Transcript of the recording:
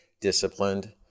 disciplined